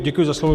Děkuji za slovo.